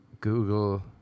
Google